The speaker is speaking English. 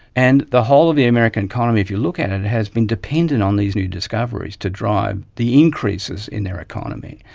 and the whole of the american economy, if you look at it, has been dependent on these new discoveries to drive the increases in their economy.